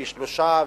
פי-שלושה,